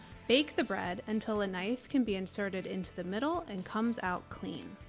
bake the bread until a knife can be inserted into the middle and comes out clean.